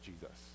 Jesus